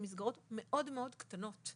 הן מסגרות קטנות מאוד.